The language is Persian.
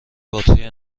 باتری